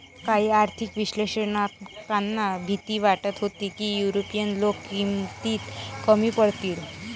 काही आर्थिक विश्लेषकांना भीती वाटत होती की युरोपीय लोक किमतीत कमी पडतील